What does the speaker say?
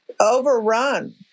overrun